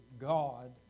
God